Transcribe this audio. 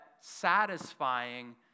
satisfying